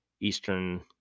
Eastern